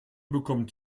bekommt